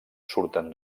surten